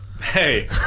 Hey